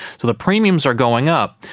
so the premiums are going up,